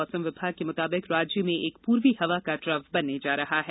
मौसम विभाग के मुताबिक राज्य में एक पूर्वी हवा का ट्रफ बनने जा रहा है